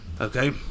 Okay